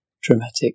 dramatic